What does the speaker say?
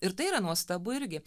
ir tai yra nuostabu irgi